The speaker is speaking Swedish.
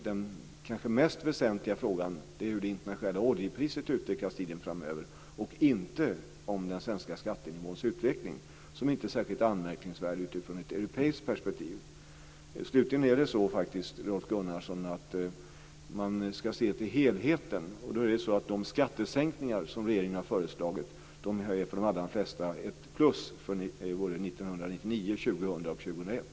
Den kanske mest väsentliga frågan är ju hur det internationella oljepriset utvecklas tiden framöver och inte den svenska skattenivåns utveckling, som inte är särskilt anmärkningsvärd utifrån ett europeiskt perspektiv. Slutligen, Rolf Gunnarsson, ska man se till helheten. De skattesänkningar som regeringen har föreslagit innebär för de allra flesta ett plus för åren 1999,